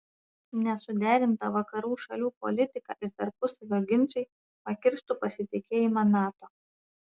nesuderinta vakarų šalių politika ir tarpusavio ginčai pakirstų pasitikėjimą nato